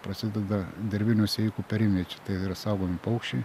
prasideda dirvinių sėjikų perimviečių tai yra saugomi paukščiai